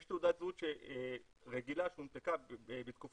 יש תעודת זהות רגילה שהונפקה בתקופת